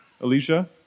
Alicia